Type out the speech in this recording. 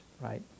right